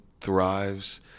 thrives